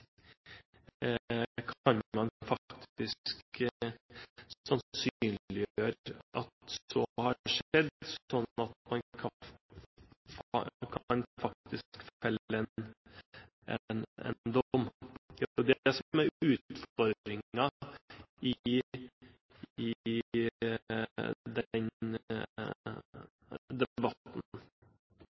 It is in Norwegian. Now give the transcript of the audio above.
kan sannsynliggjøre at det har skjedd noe, slik at man kan felle en dom. Det er det som er utfordringen i den debatten.